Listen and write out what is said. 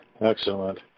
Excellent